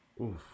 Oof